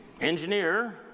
Engineer